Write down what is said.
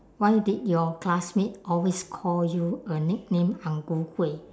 why did your classmate always call you a nickname ang ku kueh